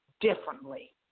differently